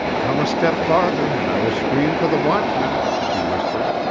come a step farther and i will scream for the watchman she whispered.